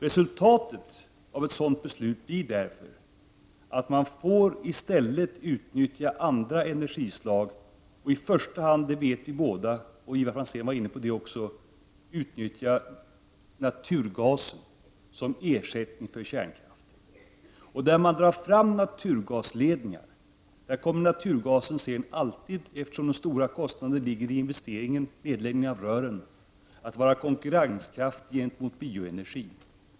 Resultatet av ett sådant beslut blir i stället att vi måste utnyttja andra energislag och i första hand — det vet vi och Ivar Franzén berörde det också — utnyttja naturgas som ersättning för kärnkraft. Där man drar fram naturgasledningar kommer naturgas sedan alltid, eftersom de stora kostnaderna ligger i investeringen, att vara konkurrenskraftig gentemot bioenergi.